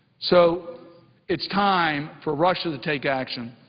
so it's time for russia to take action,